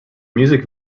music